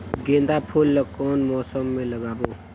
गेंदा फूल ल कौन मौसम मे लगाबो?